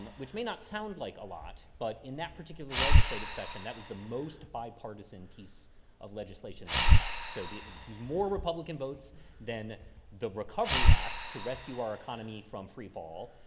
which may not sound like a lot, but in that particular legislative session, that was the most bipartisan piece of legislation that we passed. so the was more republican votes than the recovery act to rescue our economy from free fall,